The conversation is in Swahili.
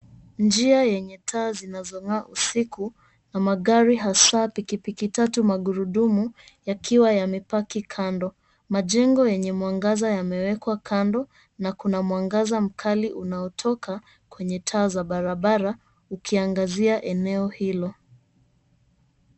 Njia yenye taa zinazoangaza usiku na magari, hasa pikipiki tatu magurudumu, yakiwa yamepaki kando. Majengo yenye mwangaza yamewekwa kando, na kuna mwangaza mkali unaotoka kwenye taa za barabara ukiangazia eneo hilo.